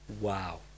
Wow